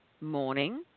morning